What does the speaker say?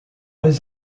les